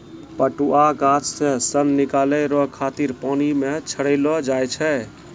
पटुआ गाछ से सन निकालै रो खातिर पानी मे छड़ैलो जाय छै